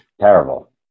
terrible